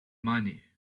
money